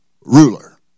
ruler